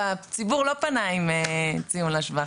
והציבור לא פנה עם ציון לשבח.